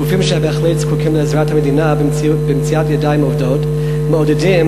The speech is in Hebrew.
גופים שבהחלט זקוקים לעזרת המדינה במציאת ידיים עובדות מעודדים,